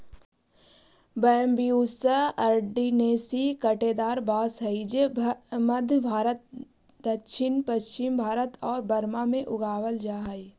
Bambusa arundinacea काँटेदार बाँस हइ जे मध्म भारत, दक्षिण पश्चिम भारत आउ बर्मा में उगावल जा हइ